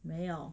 没有